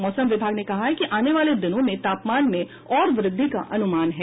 मौसम विभाग ने कहा है कि आने वाले दिनों में तापमान में और वृद्धि का अनुमान है